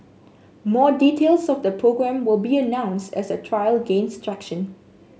more details of the programme will be announced as the trial gains traction